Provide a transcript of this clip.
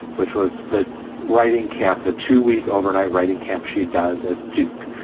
which was the writing camp the two week overnight writing camp she does at duke,